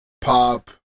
pop